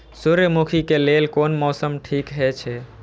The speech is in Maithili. सूर्यमुखी के लेल कोन मौसम ठीक हे छे?